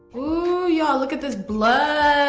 ooh, y'all look at this blush.